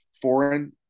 foreign